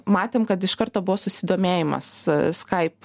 matėm kad iš karto buvo susidomėjimas skype